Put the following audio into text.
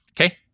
Okay